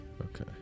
Okay